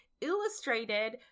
illustrated